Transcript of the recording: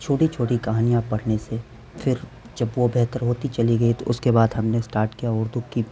چھوٹی چھوٹی کہانیاں پڑھنے سے پھر جب وہ بہتر ہوتی چلی گئی تو اس کے بعد ہم نے اسٹاٹ کیا اردو کی